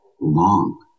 long